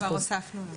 כן, כבר הוספנו את זה.